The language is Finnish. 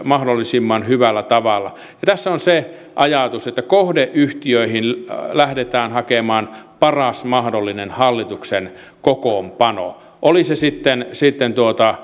mahdollisimman hyvällä tavalla tässä on se ajatus että kohdeyhtiöihin lähdetään hakemaan paras mahdollinen hallituksen kokoonpano oli se sitten sitten